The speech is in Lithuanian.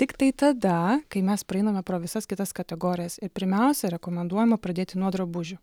tiktai tada kai mes praeiname pro visas kitas kategorijas ir pirmiausia rekomenduojama pradėti nuo drabužių